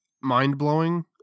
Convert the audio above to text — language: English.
mind-blowing